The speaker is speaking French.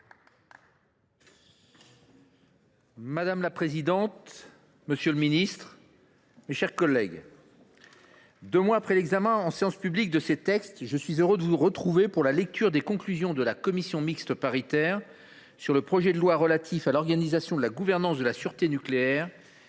Madame la présidente, monsieur le ministre, mes chers collègues, deux mois après l’examen de ces textes en séance publique, je suis heureux de vous retrouver pour la lecture des conclusions des commissions mixtes paritaires sur le projet de loi relatif à l’organisation de la gouvernance de la sûreté nucléaire